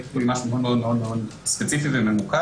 מדברים על משהו מאוד מאוד מאוד ספציפי וממוקד.